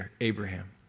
Abraham